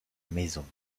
maison